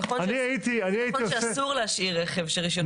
נכון שאסור להשאיר רכב שרישיונו פקע.